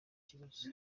kibazo